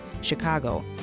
Chicago